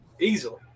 Easily